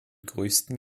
größten